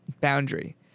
boundary